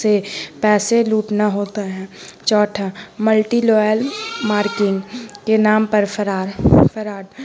سے پیسے لوٹنا ہوتا ہے چوتھا ملٹیلوئل مارکنگ کے نام پر فرار فراڈ